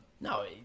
no